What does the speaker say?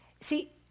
See